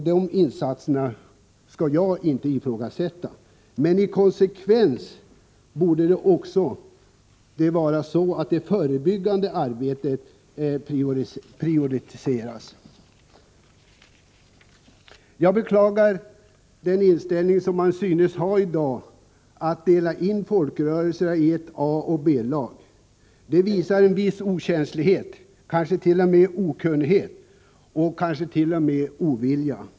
De insatserna skall jag inte ifrågasätta. Men i konsekvens härmed borde också det förebyggande arbetet prioriteras. Jag beklagar den inställning som man synes ha i dag, att dela in folkrörelserna i ett A och ett B-lag. Det visar en viss okänslighet, kanske okunnighet — ja, kanske t.o.m. ovilja.